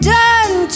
done